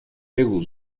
بگو